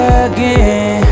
again